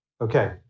Okay